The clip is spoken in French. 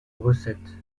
recettes